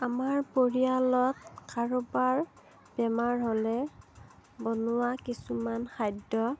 আমাৰ পৰিয়ালত কাৰোবাৰ বেমাৰ হ'লে বনোৱা কিছুমান খাদ্য